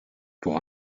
pour